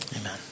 Amen